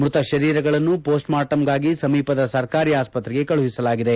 ಮೃತ ಶರೀರಗಳನ್ನು ಮೋಸ್ಟ್ಮಾರ್ಟಂಗಾಗಿ ಸಮೀಪದ ಸರ್ಕಾರಿ ಆಪ್ರತ್ರೆಗೆ ಕಳುಹಿಸಲಾಗಿದೆ